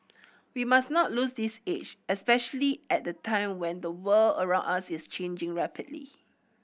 we must not lose this edge especially at the time when the world around us is changing rapidly